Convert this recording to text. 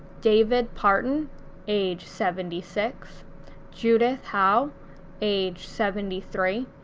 david parton age seventy six judith howe age seventy three,